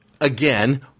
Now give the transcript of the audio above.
again